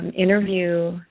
interview